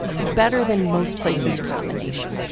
better than most places around the nation.